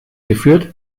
geführt